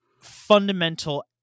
fundamental